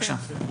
בבקשה.